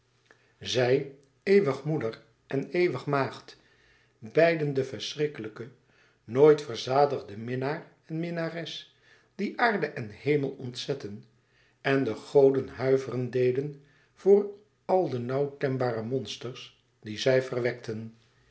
zij eeuwig moeder en eeuwig maagd beiden de verschrikkelijke nooit verzadigde minnaar en minnares die aarde en hemel ontzetten en de goden huiveren deden voor al de nauw tembare monsters die